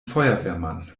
feuerwehrmann